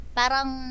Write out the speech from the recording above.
parang